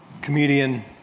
comedian